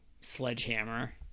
sledgehammer